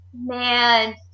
man